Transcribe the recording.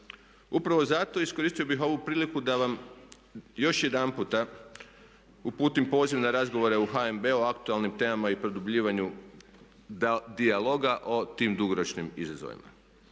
Upravo zato iskoristio bih ovu priliku da vam još jedanputa uputim poziv na razgovore u HNB-u o aktualnim temama i produbljivanju dijaloga o tim dugoročnim izazovima.